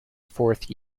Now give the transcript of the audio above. fourth